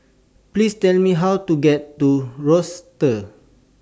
Please Tell Me How to get to roster